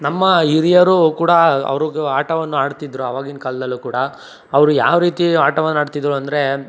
ನಮ್ಮ ಹಿರಿಯರು ಕೂಡ ಅವ್ರಿಗೂ ಆಟವನ್ನು ಆಡ್ತಿದ್ದರು ಆವಾಗಿನ ಕಾಲದಲ್ಲೂ ಕೂಡ ಅವರು ಯಾವ ರೀತಿ ಆಟವನ್ನಾಡ್ತಿದ್ದರು ಅಂದರೆ